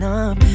up